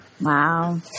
Wow